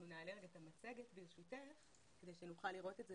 אנחנו נעלה את המצגת כדי שנוכל לראות את זה